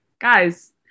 guys